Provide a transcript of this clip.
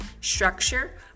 structure